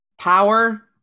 power